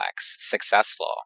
successful